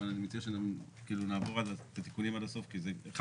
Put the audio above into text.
אבל אני מציע שנעבור על התיקונים כי זה אחד